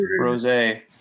Rosé